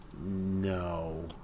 no